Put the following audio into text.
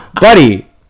Buddy